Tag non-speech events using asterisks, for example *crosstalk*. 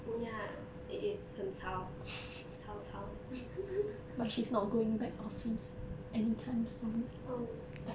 ya it is 很糟糟糟 *laughs* oh